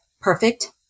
perfect